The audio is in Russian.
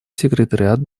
секретариат